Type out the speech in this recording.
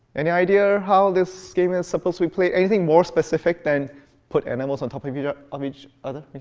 any idea how this game is supposed to be played? anything more specific than put animals on top of you know um each other?